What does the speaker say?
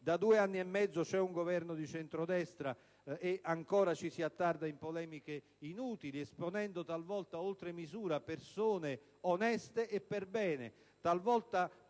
da due anni e mezzo c'è un Governo di centrodestra e ancora ci si attarda in polemiche inutili, esponendo talvolta oltremisura persone oneste e perbene,